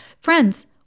Friends